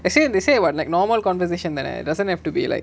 I see they say what like normal conversation like that doesn't have to be like